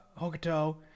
Hokuto